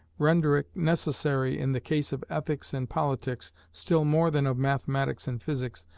render it necessary in the case of ethics and politics, still more than of mathematics and physics,